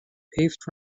paved